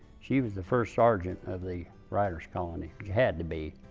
she was the first sergeant of the writers' colony. she had to be.